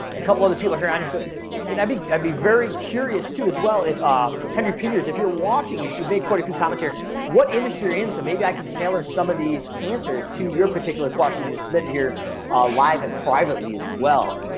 ah couple other people here anderson and i'd be i'd be very curious too, as well if ah henry peters, if you're watching if you've made quite a few comments here what industry you're in. so maybe i can tailor some of these answers to your particular question you submit here ah live and privately as well.